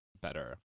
better